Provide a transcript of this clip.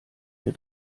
hier